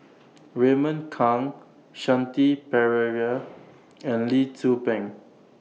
Raymond Kang Shanti Pereira and Lee Tzu Pheng